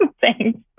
Thanks